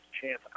chance